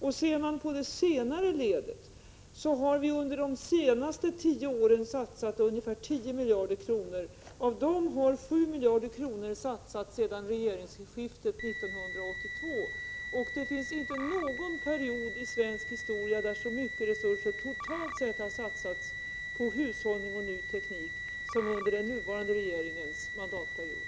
När det gäller det senare ledet har vi under de senaste tio åren satsat ungefär 10 miljarder kronor. Av dem har 7 miljarder kronor satsats sedan regeringsskiftet 1982. Det har inte funnits någon period i svensk historia där så mycket resurser totalt sett har satsats på hushållning och ny teknik som under den nuvarande regeringens mandatperiod.